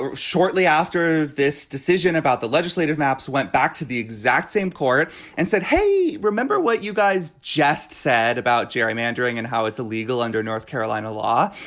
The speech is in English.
shortly after this decision about the legislative maps went back to the exact same court and said hey remember what you guys just said about gerrymandering and how it's illegal under north carolina law.